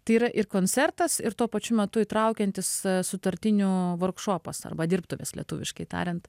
tai yra ir koncertas ir tuo pačiu metu įtraukiantis sutartinių vorkšopas arba dirbtuvės lietuviškai tariant